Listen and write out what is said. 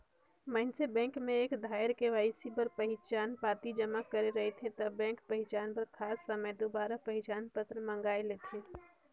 मइनसे बेंक में एक धाएर के.वाई.सी बर पहिचान पाती जमा करे रहथे ता बेंक पहिचान बर खास समें दुबारा पहिचान पत्र मांएग लेथे